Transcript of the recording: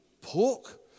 pork